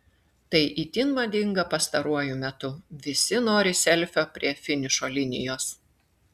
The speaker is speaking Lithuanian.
tai itin madinga pastaruoju metu visi nori selfio prie finišo linijos